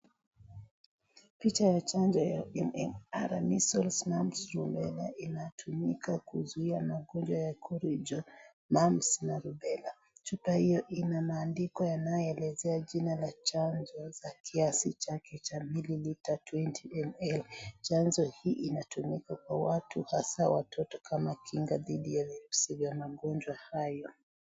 Picha ya chanjo ya MMR measles , mumps , rubella inatumika kuzuia magonjwa ya korijo , mumps na rubella . Picha hiyo ina maandiko inayoelezea jina la chanjo za kiasi chake cha mililita twenty ml . Chanjo hii inatumika kwa watu hasa watoto kama kinga dhidi ya virusi vya magonjwa hayo.